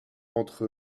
entre